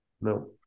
No